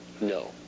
No